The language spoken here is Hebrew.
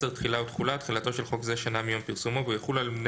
תחילה ותחולה תחילתו של חוק זה שנה מיום פרסומו והוא יחול על בני